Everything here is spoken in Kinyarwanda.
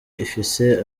ifise